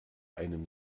einem